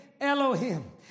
Elohim